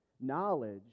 Knowledge